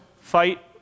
fight